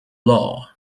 law